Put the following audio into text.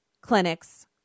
clinics